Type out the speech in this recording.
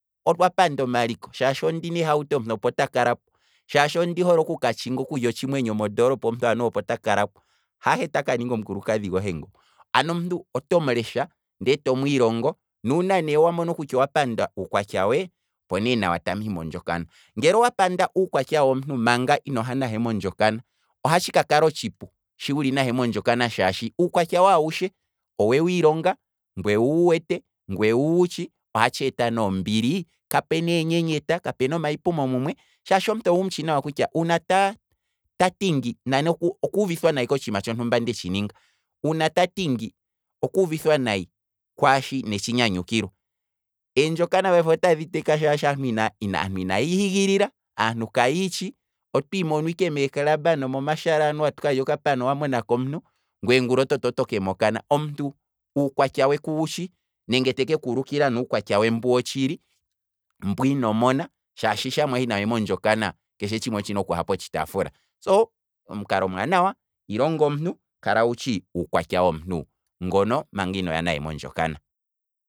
Okwa panda omaliko, shaashi ondina ohauto omuntu opo taka lapo, shaashi ondi hole okuka tshinga, okulya otshimwenyo mondoolopa omuntu anuwa opo ta kalapo, hahe ta kaninga omukulukadhi gohe ngo, ano omuntu otomu lesha, ndee to mwiilongo, nuuna ne wamono kutya owa panda uukwatya we, opo ne nawa ta mwii mondjokana, nge owa panda uukwatya womuntu manga inoha nahe mondjokana, ohatshi ka kala otshipu shi wuli nahe mondjokana shaashi uukwatya we awushe, owe wiilonga, ngweye owu wu wete ngwee owu wutshi, oha tsheeta ne ombili, kapena enyenyeta, kapena omayi pumo mumwe, shaashi omuntu owu mutshi nawa kutya uuna ta- tati ngi, oku- okuuvithwa nayi kotshiima tshontumba ndetshi ninga, uuna tati ngi, okuuvithwa nayi kwaashi inetshi nyanyukilwa, eendjoka payife otadhi teka shaashi aantu inaya igililathana, aantu kayitshi, otwiimono ike mee club nomo mashalaanuwa tukalye okapana, opuwo owa monako omuntu ngwee ngulaototi otoke mookana, omuntu uukwatya we kuwu tshi, nenge teke kuulukila nee uukwatya we mbu wo tshili mbwii nomona, shaashi shaa mwahi nahe mondjokana keshe tshimwe otshina okuha potshitaafula, so, omukalo omwaanawa ilonga omuntu, kala wutshi uukwatya womuntu ngono manga inoha nahe mondjokana.